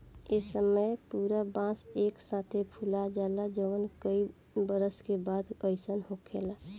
ए समय में पूरा बांस एक साथे फुला जाला जवन कई बरस के बाद अईसन होखेला